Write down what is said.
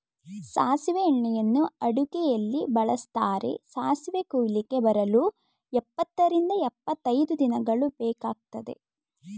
ಸಾಸಿವೆ ಎಣ್ಣೆಯನ್ನು ಅಡುಗೆಯಲ್ಲಿ ಬಳ್ಸತ್ತರೆ, ಸಾಸಿವೆ ಕುಯ್ಲಿಗೆ ಬರಲು ಎಂಬತ್ತರಿಂದ ಎಂಬತೈದು ದಿನಗಳು ಬೇಕಗ್ತದೆ